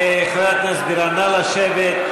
חברת הכנסת בירן, בבקשה לשבת.